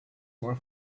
more